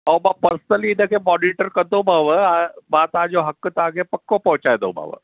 अऊं मां पर्सनली हिन खे मोनिटर कंदोमांव मां तव्हां जो हक़ु तव्हां खे पको पहुचाईंदोमांव